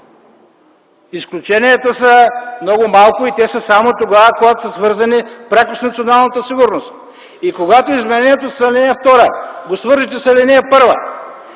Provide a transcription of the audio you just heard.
Изключенията са много малко и те са само тогава, когато са свързани пряко с националната сигурност. Когато изменението в ал. 2 го свържете с ал. 1